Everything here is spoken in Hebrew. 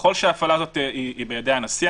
וככל שהיא בידי הנשיא,